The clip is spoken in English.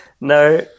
No